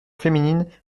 féminines